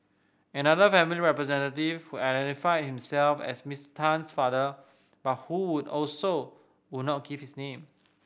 another family representative who identified himself as Mister Tan father but who would also would not give his name